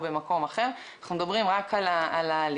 במקום אחר אנחנו מדברים רק על ההליך.